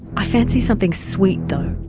i fancy something sweet though.